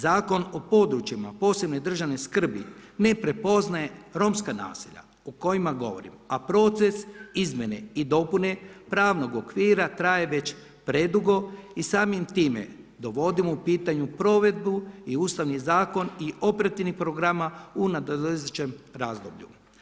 Zakon o područjima posebne državne skrbi ne prepoznaje romska naselja o kojima govorim, a proces izmjene i dopune pravnog okvira traje već predugo i samim time dovodimo u pitanje provedbu i Ustavni zakon i operativnih programa u nadolazećem razdoblju.